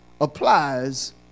applies